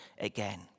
again